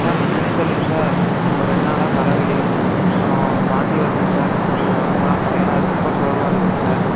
sir என்னென்னே தெரியலைங்க sir ஒரு ரெண்டு நாளாக தலைவலி அப்புறம் வாந்தி வருதுங்க சார் அப்படியே உடம்பெல்லாம் டயர்ட்டாக ரொம்ப சோர்வாக இருக்குதுங் சார்